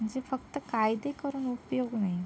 म्हणजे फक्त कायदे करून उपयोग नाही